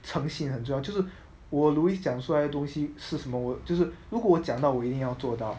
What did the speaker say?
诚信很重要就是我 louis 讲出来的东西是什么我就是如果讲到我一定要做到